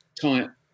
type